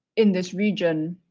in this region.